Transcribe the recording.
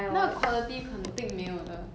那个 quality 肯定没有的